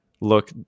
look